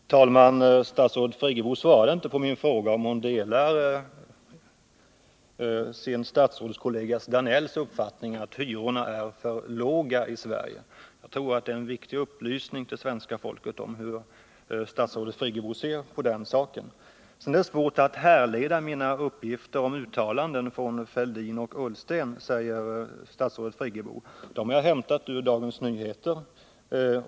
Herr talman! Statsrådet Friggebo svarade inte på min fråga, om hon delar statsrådskollegan Danells uppfattning att hyrorna är för låga i Sverige. Jag tror det skulle vara en viktig upplysning för svenska folket, om vi finge veta hur statsrådet Friggebo ser på den saken. Statsrådet Friggebo sade att det är svårt att härleda mina uppgifter om uttalanden av statsminister Fälldin och utrikesminister Ullsten. Jag har emellertid hämtat uppgifterna från Dagens Nyheter.